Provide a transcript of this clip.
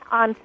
on